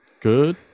Good